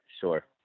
sure